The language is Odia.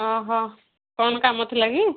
ଓ ହ କଣ କାମ ଥିଲା କି